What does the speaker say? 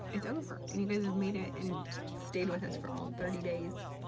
it's over, and you guys have made it and stayed with us for all thirty days.